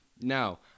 Now